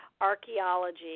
archaeology